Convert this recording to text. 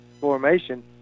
formation